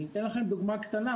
אני אתן לכם דוגמה קטנה,